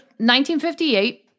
1958